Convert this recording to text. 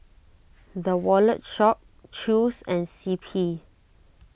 the Wallet Shop Chew's and C P